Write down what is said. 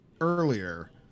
earlier